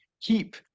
keep